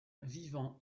vivant